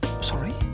Sorry